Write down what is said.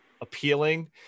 appealing